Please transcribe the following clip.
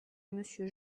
monsieur